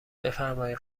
بفرمایید